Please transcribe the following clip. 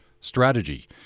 strategy